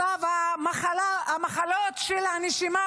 ומצב המחלות של הנשימה,